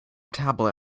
tablet